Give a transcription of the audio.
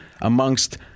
amongst